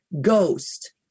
ghost